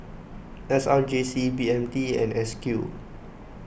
S R J C B M T and S Q